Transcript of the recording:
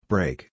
Break